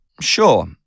Sure